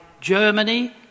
Germany